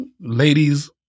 ladies